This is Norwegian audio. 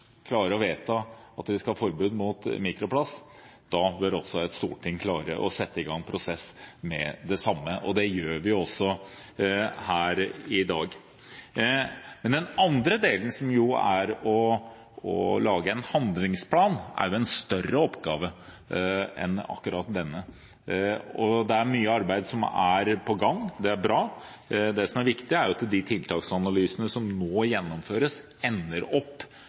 å vedta at man skal ha forbud mot mikroplast, da bør også et storting klare å sette i gang en prosess for det samme, og det gjør vi her i dag. Men den andre delen, som er å lage en handlingsplan, er en større oppgave enn akkurat denne. Det er mye arbeid som er på gang, og det er bra. Det som er viktig, er at de tiltaksanalysene som nå gjennomføres, ender opp